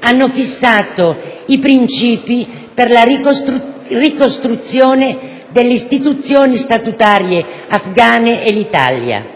hanno fissato i princìpi per la ricostruzione delle istituzioni statutarie afgane e l'Italia.